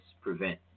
prevent